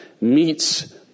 meets